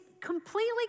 completely